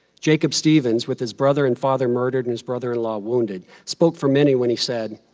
jacob stevens, with his brother and father murdered and his brother in law wounded, spoke for many when he said,